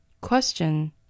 Question